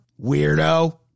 weirdo